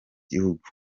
gihugu